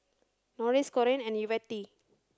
Norris Corene and Yvette